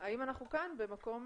איך מאובטח